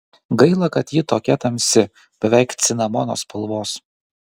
gaila kad ji tokia tamsi beveik cinamono spalvos